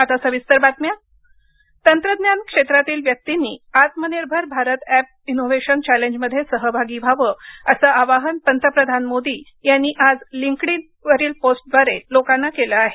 आत्मनिर्भर एप तंत्रज्ञान क्षेत्रातील व्यक्तींनी आत्मनिर्भर भारत एप इनोव्हेशन चॅलेंजमध्ये सहभागी व्हावं असं आवाहन पंतप्रधान मोदी यांनी आज लिंक्ड इन वरील पोस्टद्वारे लोकांना केलं आहे